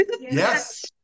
yes